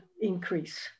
increase